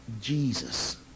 Jesus